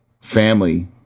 family